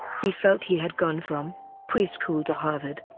he felt he had gone from preschool to harvard.